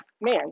man